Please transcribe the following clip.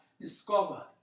discovered